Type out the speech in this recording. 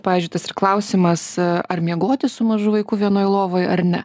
pavyzdžiui tas ir klausimas ar miegoti su mažu vaiku vienoj lovoj ar ne